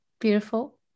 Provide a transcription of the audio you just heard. Beautiful